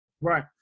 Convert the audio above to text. Right